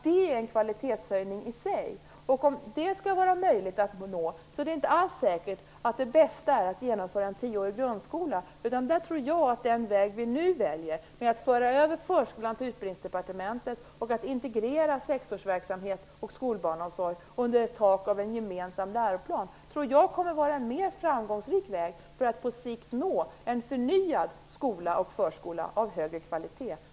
Det är en kvalitetshöjning i sig, och om det skall vara möjligt att nå är det inte alls säkert att det bästa är att genomföra en tioårig grundskola, utan jag tror att den väg vi nu väljer - att föra över förskolan till Utbildningsdepartementet och att integrera sexårsverksamhet och skolbarnsomsorg under ett tak som utgörs av en gemensam läroplan - kommer att vara en mer framgångsrik väg för att på sikt nå en förnyad skola och förskola av högre kvalitet.